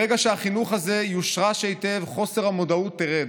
ברגע שהחינוך הזה יושרש היטב, חוסר המודעות ירד.